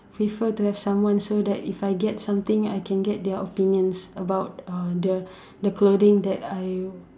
prefer to have someone so that if I get something I can get their opinions about uh the the clothing that I